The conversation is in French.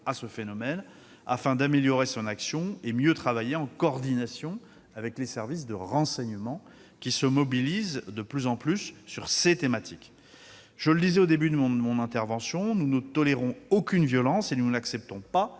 à ce phénomène, afin d'améliorer son action et de mieux travailler en coordination avec les services de renseignement, qui se mobilisent de plus en plus sur ces thématiques. Comme je le disais au début de mon intervention, nous ne tolérons aucune violence et nous n'acceptons pas